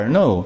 no